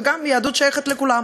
וגם היהדות שייכת לכולם.